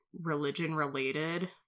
religion-related